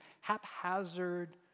haphazard